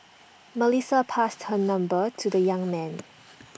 Melissa passed her number to the young man